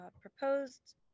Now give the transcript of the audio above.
proposed